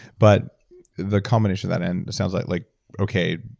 but the combination of that end, it sounds like like okay,